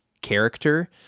character